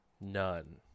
None